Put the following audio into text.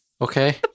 Okay